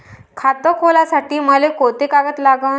खात खोलासाठी मले कोंते कागद लागन?